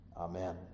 Amen